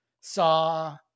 saw